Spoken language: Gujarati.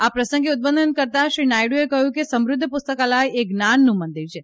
આ પ્રસંગે ઉદબોધન કરતા શ્રી નાયડુચ્યે કહયું કે સમૃધ્ધ પુસ્તકાલથ એ જ્ઞાનનું મંદિર છે